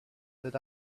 that